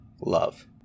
love